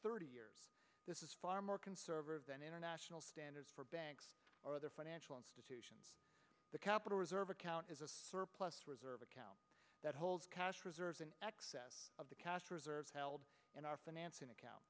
thirty years this is far more conservative than international standards for banks or other financial institutions the capital reserve account is a plus reserve account that holds cash reserves in excess of the cash reserves held in our financing account